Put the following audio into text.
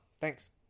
Thanks